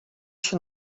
się